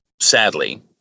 sadly